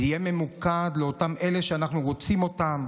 זה יהיה ממוקד לאותם אלה שאנחנו רוצים אותן,